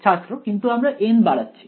ছাত্র কিন্তু আমরা N বাড়াচ্ছি